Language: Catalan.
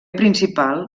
principal